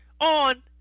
on